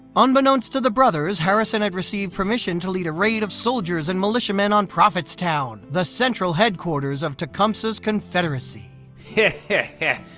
unbeknownst to the brothers, harrison had received permission to lead a raid of soldiers and militiamen on prophetstown, the central headquarters of tecumseh's confederacy. hehehe,